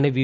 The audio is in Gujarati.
અને વી